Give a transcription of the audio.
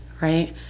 right